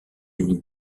une